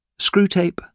Screwtape